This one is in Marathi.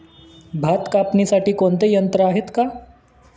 भात कापणीसाठी कोणते यंत्र आहेत का?